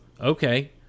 okay